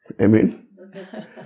Amen